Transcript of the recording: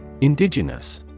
Indigenous